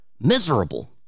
miserable